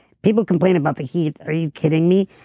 people complain about the heat, are you kidding me?